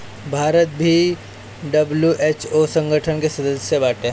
भारत भी डब्ल्यू.एच.ओ संगठन के सदस्य बाटे